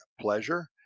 pleasure